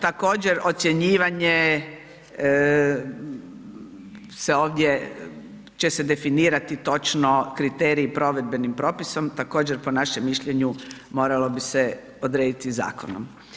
Također, ocjenjivanje se ovdje će se definirati točno kriteriji provedbenim propisom, također po našem mišljenju moralo bi se odrediti zakonom.